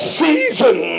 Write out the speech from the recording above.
season